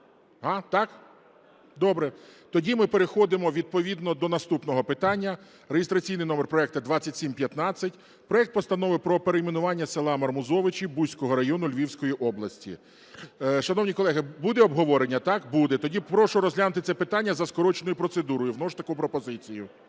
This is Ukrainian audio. Так? Добре. Тоді ми переходимо відповідно до наступного питання, реєстраційний номер проекту 2715, проект Постанови про перейменування села Мармузовичі Буського району Львівської області. Шановні колеги, буде обговорення? Так, буде. Тоді прошу розглянути це питання за скороченою процедурою, вношу таку пропозицію.